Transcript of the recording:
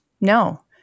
No